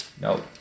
Nope